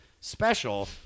special